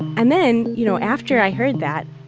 and then, you know after i heard that,